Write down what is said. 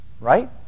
Right